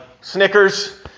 snickers